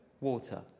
water